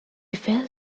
felt